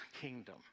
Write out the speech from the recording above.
kingdom